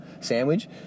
sandwich